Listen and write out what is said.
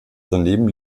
daneben